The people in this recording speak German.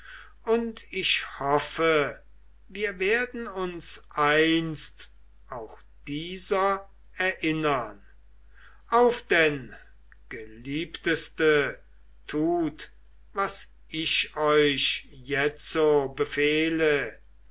und ich hoffe wir werden uns einst auch dieser erinnern auf denn geliebteste tut was ich euch jetzo befehle